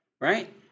right